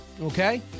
Okay